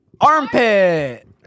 Armpit